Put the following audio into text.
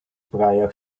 prior